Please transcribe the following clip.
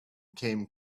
came